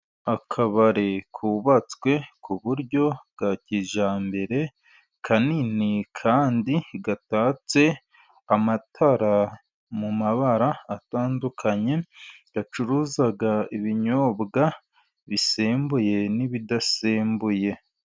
Akabari kubatswe ku buryo bwa kijyambere, kanini kandi gatatse amatara mu mabara atandukanye, gacuza ibinyobwa bisembuye n'ibidasembuye.